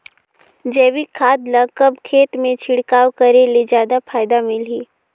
जैविक खाद ल कब खेत मे छिड़काव करे ले जादा फायदा मिलही?